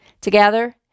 Together